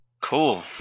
Cool